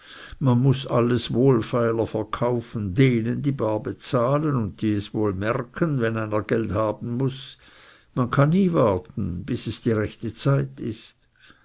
man muß alles wohlfeiler verkaufen denen die bar zahlen und die es wohl merken wenn einer geld haben muß man kann nie warten bis es die rechte zeit ist